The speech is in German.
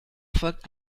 folgt